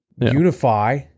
unify